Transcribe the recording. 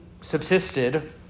subsisted